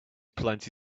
plenty